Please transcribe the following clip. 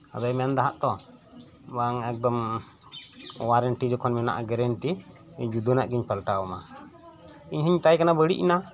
ᱟᱫᱚᱭ ᱢᱮᱱᱫᱟ ᱦᱟᱜᱛᱚ ᱵᱟᱝ ᱮᱠᱫᱚᱢ ᱳᱣᱟᱨᱮᱱᱴᱤ ᱡᱮᱠᱷᱚᱱ ᱢᱮᱱᱟᱜᱼᱟ ᱜᱮᱨᱮᱱᱴᱤ ᱡᱩᱫᱟᱹᱱᱟᱜ ᱜᱤᱧ ᱯᱟᱞᱴᱟᱣ ᱟᱢᱟ ᱤᱧᱦᱚᱧ ᱢᱮᱛᱟᱭ ᱠᱟᱱᱟ ᱵᱟᱹᱲᱤᱡ ᱮᱱᱟ